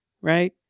right